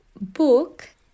Book